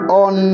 on